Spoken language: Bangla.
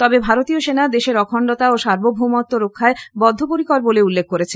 তবে ভারতীয় সেনা দেশের অখন্ডতা ও সার্বভৌমত্ব রক্ষায় বদ্ধপরিকর বলে উল্লেখ করেছে